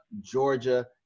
Georgia